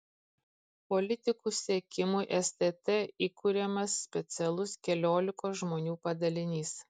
politikų sekimui stt įkuriamas specialus keliolikos žmonių padalinys